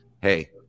hey